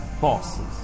Bosses